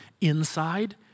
inside